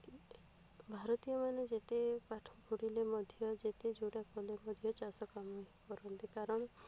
ଭାରତୀୟମାନେ ଯେତେ ପାଠ ପଢ଼ିଲେ ମଧ୍ୟ ଯେତେ ଯେଉଁଟା କଲେ ମଧ୍ୟ ଚାଷ କାମ ହିଁ କରନ୍ତି କାରଣ